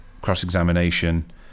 cross-examination